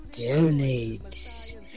Donate